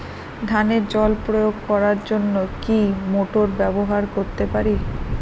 ধানে জল প্রয়োগ করার জন্য কি মোটর ব্যবহার করতে পারি?